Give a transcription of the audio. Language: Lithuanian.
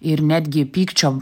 ir netgi pykčio